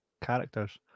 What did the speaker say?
characters